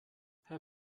herr